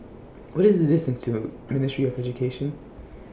What IS The distance to Ministry of Education